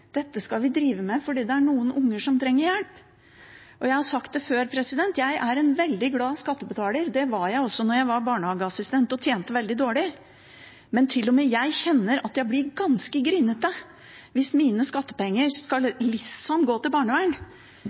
Dette skal vi drive med fordi det er noen unger som trenger hjelp. Jeg har sagt det før: Jeg er en veldig glad skattebetaler, det var jeg også da jeg var barnehageassistent og tjente veldig dårlig. Men til og med jeg kjenner at jeg blir ganske grinete hvis mine skattepenger liksom skal gå til barnevern,